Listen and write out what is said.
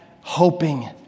hoping